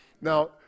Now